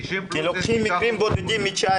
כשלוקחים מקרים בודדים מ-19,